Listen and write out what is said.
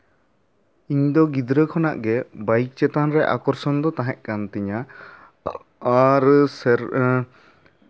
ᱤᱧ ᱫᱚ ᱜᱤᱫᱽᱨᱟᱹ ᱠᱷᱚᱱᱟᱜ ᱜᱮ ᱵᱟᱭᱤᱠ ᱪᱮᱛᱟᱱ ᱨᱮ ᱟᱠᱚᱨᱥᱚᱱ ᱫᱚ ᱛᱟᱦᱮᱸ ᱠᱟᱱ ᱛᱤᱧᱟ ᱟᱨ ᱥᱮᱨ